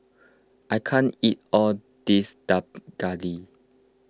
I can't eat all of this Dak Galbi